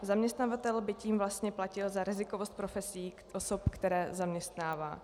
Zaměstnavatel by tím vlastně platil za rizikovost profesí osob, které zaměstnává.